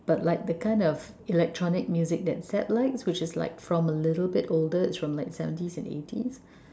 but like the kind of electronic music that Seb likes which is like from a little bit older it's from like seventies and eighties